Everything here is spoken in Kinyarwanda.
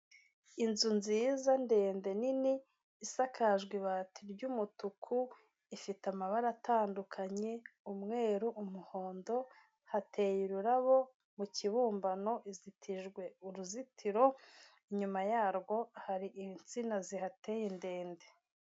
Inzu nziza ndende nini isakajwe ibati ry'umutuku ifite amabara atandukanye umweru umuhondo hateye ururabo mu kibumbano izitijwe uruzitiro. inyuma yarwo hari insina zihateye ndende.